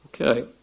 Okay